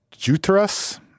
Jutras